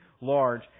large